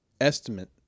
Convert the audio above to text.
estimate